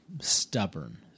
stubborn